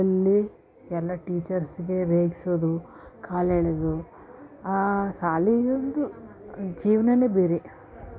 ಸ್ಕೂಲಲ್ಲಿ ಎಲ್ಲ ಟೀಚರ್ಸ್ಗೆ ರೇಗಿಸೋದು ಕಾಲೆಳೆದು ಶಾಲೆಗಂದು ಜೀವನಾನೆ ಬೇರೆ